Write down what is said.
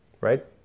right